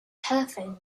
telephone